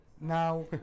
Now